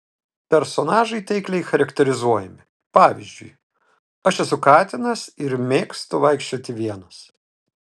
personažai taikliai charakterizuojami pavyzdžiui aš esu katinas ir mėgstu vaikščioti vienas